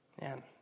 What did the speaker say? man